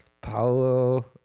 Paolo